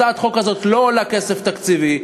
הצעת החוק הזאת לא עולה כסף תקציבי,